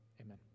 Amen